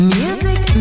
music